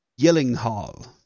Yellinghall